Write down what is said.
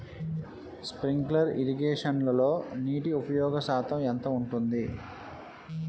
Sprinkler ఇరగేషన్లో నీటి ఉపయోగ శాతం ఎంత ఉంటుంది?